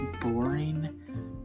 boring